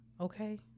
Okay